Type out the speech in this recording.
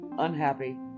unhappy